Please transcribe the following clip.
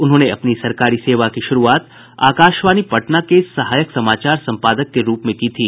उन्होंने अपनी सरकारी सेवा की शुरूआत आकाशवाणी पटना से सहायक समाचार संपादक के रूप में की थी